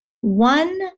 One